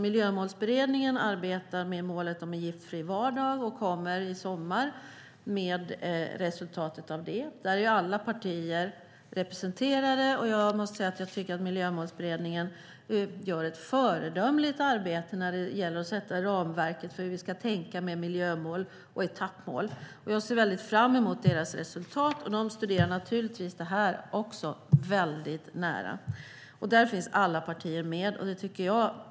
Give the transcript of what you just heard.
Miljömålsberedningen arbetar med målet om en giftfri vardag och kommer i sommar med resultatet av det, och där är alla partier representerade. Och jag måste säga att jag tycker att Miljömålsberedningen gör ett föredömligt arbete när det gäller att sätta ramverket för hur vi ska tänka med miljömål och etappmål. Jag ser mycket fram emot deras resultat. De studerar naturligtvis också detta väldigt nära. I Miljömålsberedningen finns som sagt alla partier med.